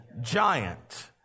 giant